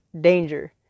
danger